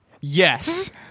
Yes